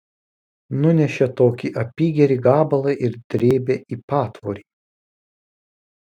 nunešė tokį apygerį gabalą ir drėbė į patvorį